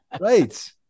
Right